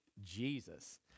Jesus